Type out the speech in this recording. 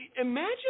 Imagine